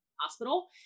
hospital